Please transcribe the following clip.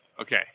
Okay